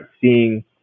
seeing